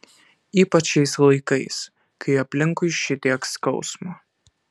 ypač šiais laikais kai aplinkui šitiek skausmo